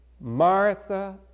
Martha